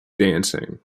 dancing